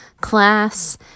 class